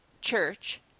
church